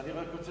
אני רק רוצה